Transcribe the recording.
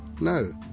No